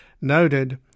noted